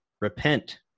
Repent